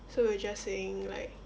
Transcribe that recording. so we were just saying like